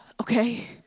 okay